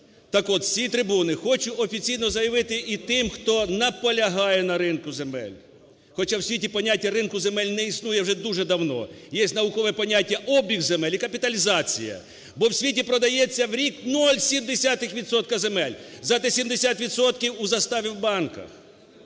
Так от, з цієї трибуни хочу офіційно заявити і тим, хто наполягає на ринку земель, хоча в світі поняття ринку земель не існує вже дуже давно, є наукове поняття "обіг земель" і "капіталізація", бо в світі продається 0,7 відсотки земель, зате 70 відсотків – заставі в банках.